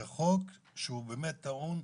זה חוק שהוא באמת טעון.